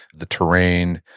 the terrain.